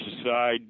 aside